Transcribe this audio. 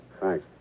Thanks